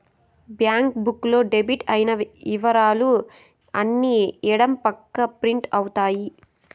bank book లో debit అయిన ఇవరాలు అన్ని ఎడం పక్క ప్రింట్ అవుతాయి